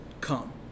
come